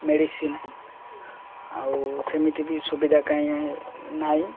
medicine ଆଉ ସେମିତି ବି ସୁବିଧା କାହିଁ ନାହିଁ